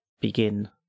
begin